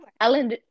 Ellen